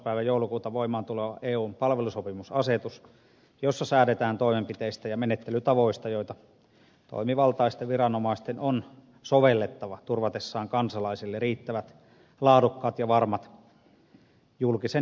päivä joulukuuta voimaan tuleva eun palvelusopimusasetus jossa säädetään toimenpiteistä ja menettelytavoista joita toimivaltaisten viranomaisten on sovellettava turvatessaan kansalaisille riittävät laadukkaat ja varmat julkisen henkilöliikenteen palvelut